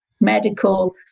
medical